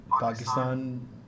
Pakistan